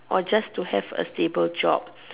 or just to have a stable job